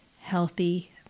healthy